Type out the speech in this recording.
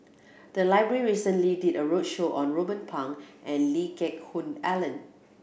the library recently did a roadshow on Ruben Pang and Lee Geck Hoon Ellen